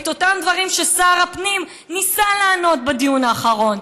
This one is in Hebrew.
את אותם דברים ששר הפנים ניסה לענות עליהם בדיון האחרון.